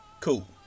Cool